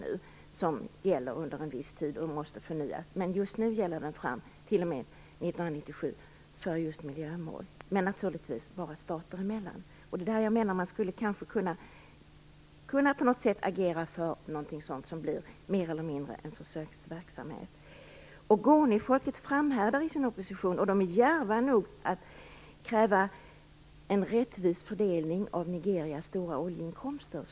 Detta gäller under en viss tid och måste sedan förnyas, men just nu och fram till och med 1997 gäller det just miljömål, men naturligtvis bara stater emellan. Där menar jag att man kanske på något sätt skulle kunna agera för något som mer eller mindre blir en försöksverksamhet. Ogonifolket framhärdar i sin opposition, och de är djärva nog att kräva en rättvis fördelning av Nigerias stora oljeinkomster.